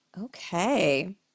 Okay